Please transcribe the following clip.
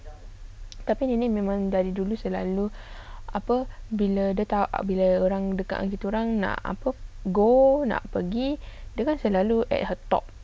tapi dia ni memang dari dulu selalu apa bila dia ta~ bila orang dekat dengan kita orang apa go nak pergi dia kan selalu at her top